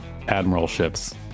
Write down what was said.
Admiralships